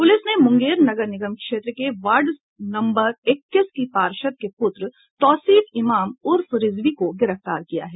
police ने मुंगेर नगर निगम क्षेत्र के वार्ड नम्बर इक्कीस की पार्षद के पुत्र तौसिफ इमाम उर्फ रिजवी को गिरफ्तार किया है